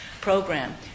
program